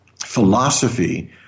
philosophy